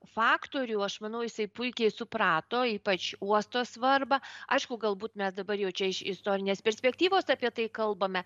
faktorių aš manau jisai puikiai suprato ypač uosto svarbą aišku galbūt mes dabar jau čia iš istorinės perspektyvos apie tai kalbame